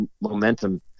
momentum